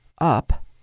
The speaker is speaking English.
up